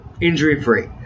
injury-free